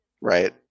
right